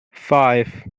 five